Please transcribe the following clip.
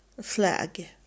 flag